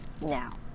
now